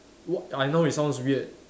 what I know it sounds weird